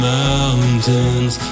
mountains